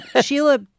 Sheila